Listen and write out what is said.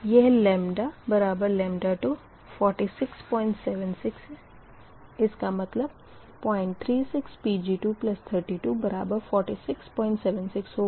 यह λ24676 इसका मतलब 036 Pg2324676 होगा